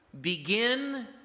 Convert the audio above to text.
begin